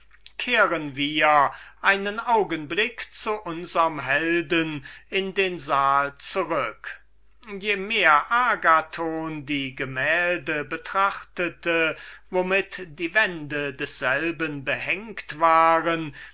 kehren wir einen augenblick zu unserm helden in den saal zurück je mehr agathon die gemälde betrachtete womit die wände desselben behänget waren